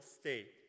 state